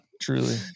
Truly